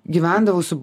gyvendavau su